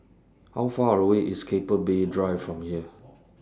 How Far away IS Keppel Bay Drive from here